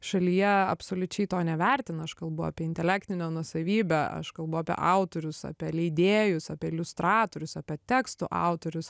šalyje absoliučiai to nevertina aš kalbu apie intelektinę nuosavybę aš kalbu apie autorius apie leidėjus apie iliustratorius apie tekstų autorius